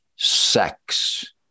Sex